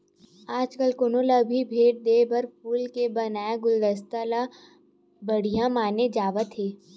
आजकाल कोनो ल भी भेट देय म फूल के बनाए गुलदस्ता ल बड़िहा माने जावत हे